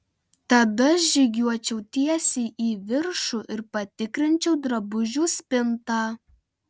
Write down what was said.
tada žygiuočiau tiesiai į viršų ir patikrinčiau drabužių spintą